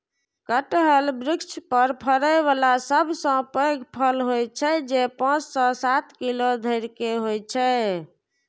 कटहल वृक्ष पर फड़ै बला सबसं पैघ फल होइ छै, जे पांच सं सात किलो धरि के होइ छै